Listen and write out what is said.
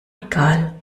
egal